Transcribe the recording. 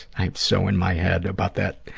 i am so in my head about that.